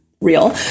real